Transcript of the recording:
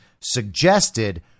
suggested